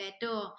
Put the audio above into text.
better